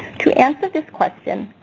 to answer this question,